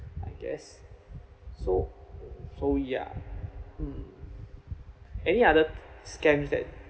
I guess so so ya mm any other scams that